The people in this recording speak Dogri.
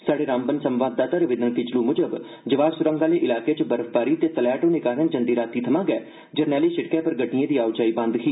स्हाड़ रामबन संवाददाता रविंदर किचलू मुजब जवाहर सुरंग आहल इलाक च बर्फबारी त तलैहट होन कारण जंदी राती थमां गै जरनैली सिड़कै पर गड्गिएं दी आओजाई बंद ही